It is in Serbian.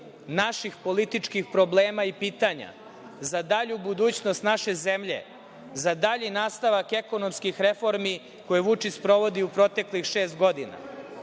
naših političkih problema i pitanja, za dalju budućnost naše zemlje, za dalji nastavak ekonomskih reformi koje Vučić sprovodi u proteklih šest godina,